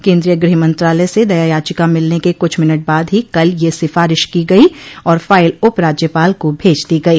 केन्द्रीय गृह मंत्रालय से दया याचिका मिलने के कुछ मिनट बाद ही कल यह सिफारिश की गई और फाइल उप राज्यपाल को भेज दी गई